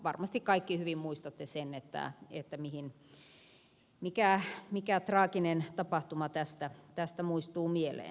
varmasti kaikki hyvin muistatte sen mikä traaginen tapahtuma tästä muistuu mieleen